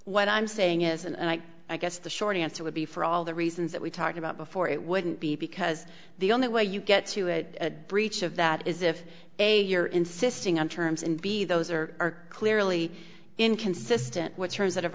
what i'm saying is and i guess the short answer would be for all the reasons that we talked about before it wouldn't be because the only way you get to it deborah each of that is if a you're insisting on terms and b those are are clearly inconsistent what's hers that have